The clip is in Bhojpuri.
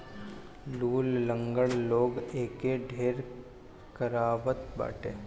लूल, लंगड़ लोग एके ढेर करवावत बाटे